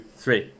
three